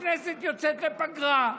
הכנסת יוצאת לפגרה,